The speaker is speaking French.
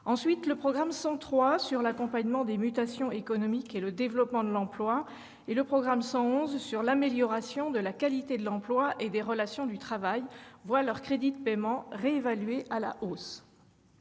Ensuite, le programme 103, « Accompagnement des mutations économiques et développement de l'emploi », et le programme 111, « Amélioration de la qualité de l'emploi et des relations du travail », voient leurs crédits de paiement revus à la hausse.